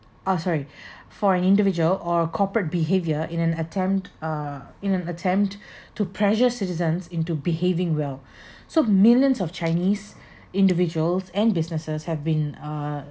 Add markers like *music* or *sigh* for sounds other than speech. uh sorry for an individual or corporate behavior in an attempt uh in an attempt to pressure citizens into behaving well *breath* so millions of chinese individuals and businesses have been uh